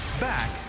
Back